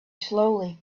slowly